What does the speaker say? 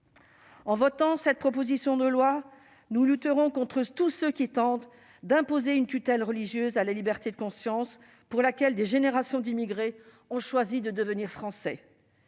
En votant cette proposition de loi, nous lutterons contre tous ceux qui tentent d'imposer une tutelle religieuse à la liberté de conscience, pour laquelle des générations d'immigrés ont choisi de devenir Français.